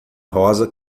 rosa